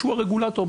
שהוא הרגולטור.